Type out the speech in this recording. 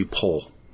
pull